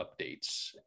updates